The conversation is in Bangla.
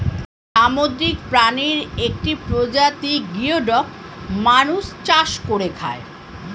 সামুদ্রিক প্রাণীর একটি প্রজাতি গিওডক মানুষ চাষ করে খায়